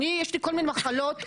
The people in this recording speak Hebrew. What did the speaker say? יש לי כל מיני מחלות מורכבות,